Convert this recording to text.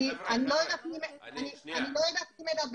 אני מאוד שמחה להיות כאן ומקדמת מאוד